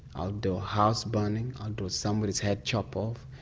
i'll draw a house burning, i'll draw somebody's head chopped off,